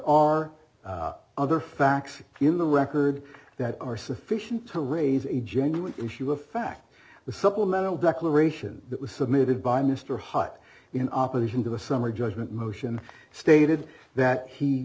are other facts in the record that are sufficient to raise a genuine issue of fact the supplemental declaration that was submitted by mr hutt in opposition to the summary judgment motion stated that he